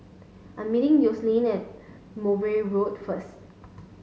I'm meeting Yoselin at Mowbray Road first